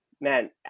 man